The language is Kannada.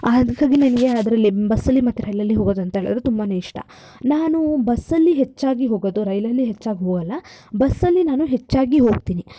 ಅದಕ್ಕಾಗಿ ನನಗೆ ಅದರಲ್ಲಿ ಬಸ್ಸಲ್ಲಿ ಮತ್ತು ರೈಲಲ್ಲಿ ಹೋಗೋದಂತ ಹೇಳಿದ್ರೆ ತುಂಬಾ ಇಷ್ಟ ನಾನು ಬಸ್ಸಲ್ಲಿ ಹೆಚ್ಚಾಗಿ ಹೋಗೋದು ರೈಲಲ್ಲಿ ಹೆಚ್ಚಾಗಿ ಹೋಗಲ್ಲ ಬಸ್ಸಲ್ಲಿ ನಾನು ಹೆಚ್ಚಾಗಿ ಹೋಗ್ತೀನಿ